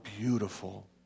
beautiful